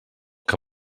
que